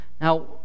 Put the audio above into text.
Now